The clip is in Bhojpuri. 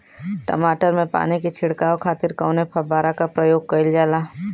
टमाटर में पानी के छिड़काव खातिर कवने फव्वारा का प्रयोग कईल जाला?